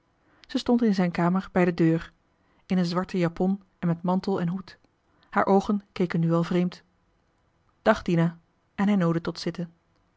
zij stond in zijn kamer bij de deur in een zwarte japon en met mantel en hoed haar oogen keken nu wel vreemd dag dina en hij noodde tot zitten